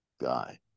guy